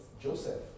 Joseph